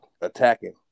attacking